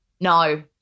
no